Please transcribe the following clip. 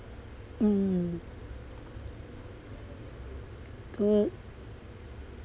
mm good